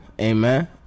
Amen